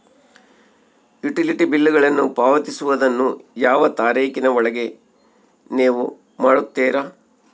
Utility ಬಿಲ್ಲುಗಳನ್ನು ಪಾವತಿಸುವದನ್ನು ಯಾವ ತಾರೇಖಿನ ಒಳಗೆ ನೇವು ಮಾಡುತ್ತೇರಾ?